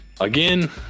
Again